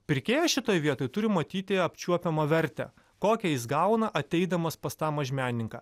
pirkėjas šitoj vietoj turi matyti apčiuopiamą vertę kokią jis gauna ateidamas pas tą mažmenininką